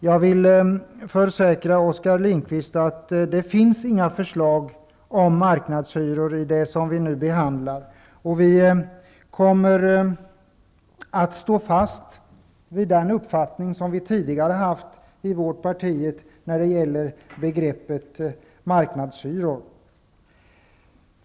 Jag vill försäkra Oskar Lindkvist att det inte finns några förslag om marknadshyror i det betänkande som vi nu behandlar. Vi i Centern kommer att stå fast vid den uppfattning som vi tidigare haft i vårt parti när det gäller begreppet marknadshyror.